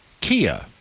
Kia